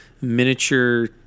...miniature